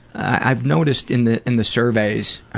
i've noticed in the in the surveys